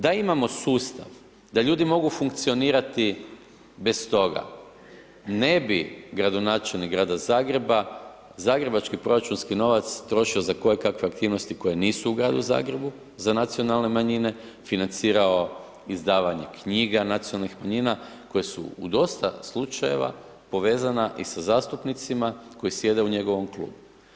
Da imamo sustav, da ljudi mogu funkcionirati bez toga, ne bi gradonačelnik Grada Zagreba, zagrebački proračunski novac trošio za koje kakve aktivnosti koje nisu u Gradu Zagrebu za nacionalne manjine, financirao izdavanje knjiga nacionalnih manjina koje su u dosta slučajeva povezana i sa zastupnicima koji sjede u njegovom klubu.